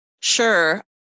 Sure